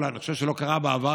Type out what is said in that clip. אני חושב שהוא לא קרה כאן בעבר,